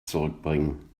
zurückbringen